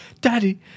Daddy